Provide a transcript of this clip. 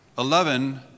Eleven